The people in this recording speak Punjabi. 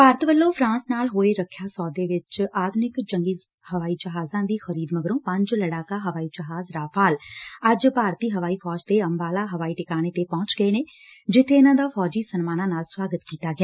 ਭਾਰਤ ਵੱਲੋ ਫਰਾਂਸ ਨਾਲ ਹੋਏ ਰੱਖਿਆ ਸੌਦੇ ਵਿਚ ਆਧੁਨਿਕ ਜੰਗੀ ਹਵਾਈ ਜਹਾਜ਼ਾਂ ਦੀ ਖਰੀਦ ਮਗਰੋ ਪੰਜ ਲੜਾਕਾ ਹਵਾਈ ਜਹਾਜ਼ ਰਾਫ਼ਾਲ ਅੱਜ ਭਾਰਤੀ ਹਵਾਈ ਫੌਜ ਦੇ ਅੰਬਾਲਾ ਹਵਾਈ ਟਿਕਾਣੇ ਤੇ ਪਹੁੰਚ ਗਏ ਨੇ ਜਿੱਬੇ ਇਨੁਾਂ ਦਾ ਫੌਜੀ ਸਨਮਾਨਾਂ ਨਾਲ ਸੁਆਗਤ ਕੀਤਾ ਗਿਆ